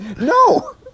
no